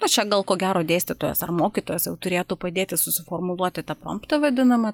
nu čia gal ko gero dėstytojas ar mokytojas jau turėtų padėti susiformuluoti tą promptą vadinamą